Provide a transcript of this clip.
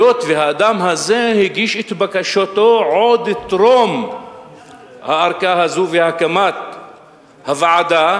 היות שהאדם הזה הגיש את בקשתו עוד טרום הערכאה הזו והקמת הוועדה.